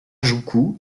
juku